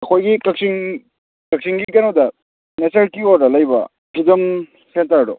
ꯑꯩꯈꯣꯏꯒꯤ ꯀꯛꯆꯤꯡ ꯀꯛꯆꯤꯡꯒꯤ ꯀꯩꯅꯣꯗ ꯅꯦꯆꯔ ꯀꯤꯌꯣꯔꯗ ꯂꯩꯕ ꯐꯤꯗꯝ ꯁꯦꯟꯇꯔꯗꯣ